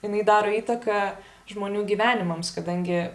jinai daro įtaką žmonių gyvenimams kadangi